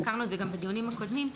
הזכרנו את זה גם בדיונים הקודמים,